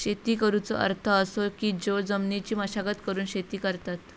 शेती करुचो अर्थ असो की जो जमिनीची मशागत करून शेती करतत